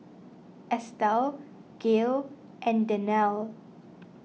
Estel Gale and Danielle